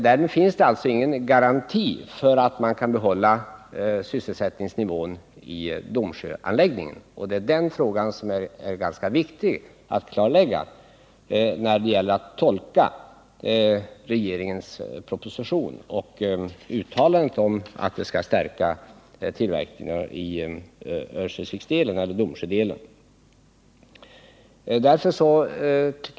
Därmed finns det alltså ingen garanti för att man kan behålla sysselsättningsnivån i Domsjöanläggningen, och den frågan är ganska viktig att klarlägga när det gäller att tolka regeringens proposition och uttalandet om att projektet skall stärka tillverkningen i Domsjödelen.